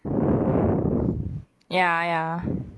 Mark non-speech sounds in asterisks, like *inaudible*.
*breath* ya ya